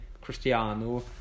Cristiano